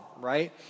Right